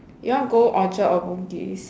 you want to go Orchard or Bugis